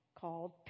called